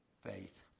Faith